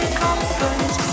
comfort